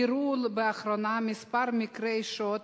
אירעו באחרונה כמה מקרי שוד